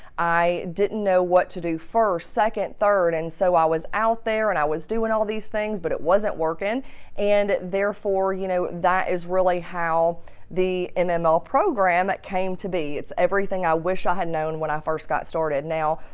i didn't know what to do first, second, third, and so i was out there and i was doing all these things but it wasn't working and therefore you know that is really how the and and mml program came to be. it's everything i wish i had known when i first got started. now,